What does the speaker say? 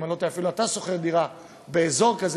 אם אני לא טועה, אפילו אתה שוכר דירה באזור כזה.